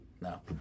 No